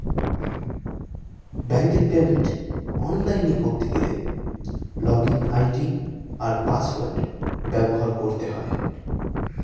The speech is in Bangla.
ব্যাঙ্কের পেমেন্ট অনলাইনে করতে গেলে লগইন আই.ডি আর পাসওয়ার্ড ব্যবহার করতে হয়